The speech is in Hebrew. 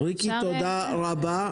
ריקי, תודה רבה.